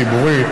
אדוני שר